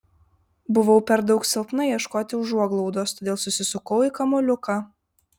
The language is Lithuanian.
buvau per daug silpna ieškoti užuoglaudos todėl susisukau į kamuoliuką